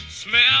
Smell